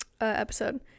episode